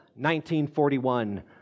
1941